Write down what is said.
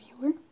viewer